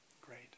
Great